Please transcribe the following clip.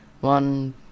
one